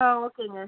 on ஓகேங்க